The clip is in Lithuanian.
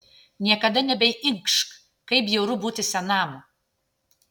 niekada nebeinkš kaip bjauru būti senam